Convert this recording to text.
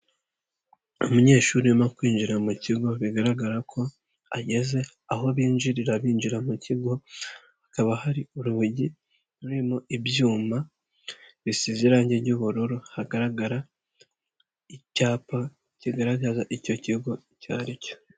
Umunyeshuri urimo kwinjira mu kigo bigaragara ko ageze aho binjirira binjira mu kigo, hakaba hari urugi rurimo ibyuma bisize irange ry'ubururu hagaragara icyapa kigaragaza icyo kigo icyo ari cyo.